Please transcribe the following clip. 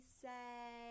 say